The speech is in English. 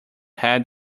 head